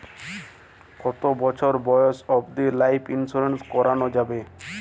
কতো বছর বয়স অব্দি লাইফ ইন্সুরেন্স করানো যাবে?